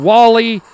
Wally